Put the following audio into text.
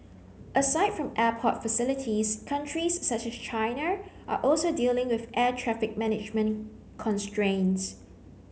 aside from airport facilities countries such as China are also dealing with air traffic management constraints